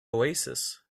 oasis